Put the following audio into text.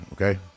okay